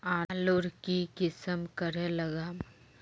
आलूर की किसम करे लागम?